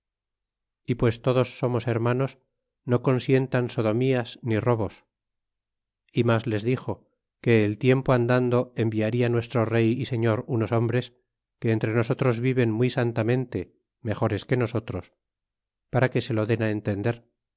y pues todos somos hermanos no consientan sodomías ni robos y mas les dixo que el tiempo andando enviaria nuestro rey y señor unos hombres que entre nosotros viven muy santamente mejores que nosotros para que se lo den entender